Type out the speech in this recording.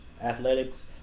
Athletics